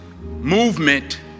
movement